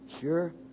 Sure